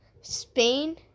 Spain